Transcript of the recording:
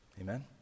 Amen